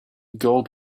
gold